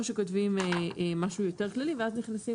או שכותבים משהו יותר כללי ואז נכנסים